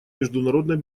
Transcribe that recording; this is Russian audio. международной